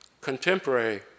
contemporary